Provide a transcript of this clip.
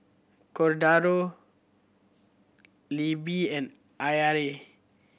Cordaro Libbie and I R A